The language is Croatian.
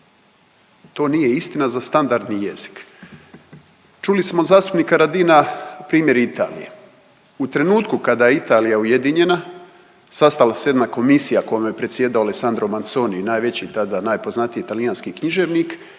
to nije istina za standardni jezik. Čuli smo od zastupnika Radina primjer Italije, u trenutku kada je Italija ujedinjena sastala se jedna komisija kojom je predsjedao Alessandro Manzoni najveći tada najpoznatiji talijanski književnik